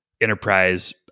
enterprise